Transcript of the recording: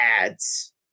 ads